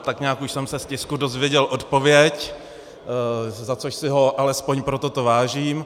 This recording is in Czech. Tak nějak už jsem se z tisku dozvěděl odpověď, za což si ho alespoň pro toto vážím.